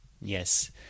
Yes